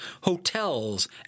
hotels